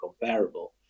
comparable